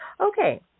Okay